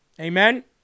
Amen